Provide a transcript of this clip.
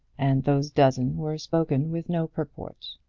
and those dozen were spoken with no purport.